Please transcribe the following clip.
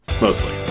mostly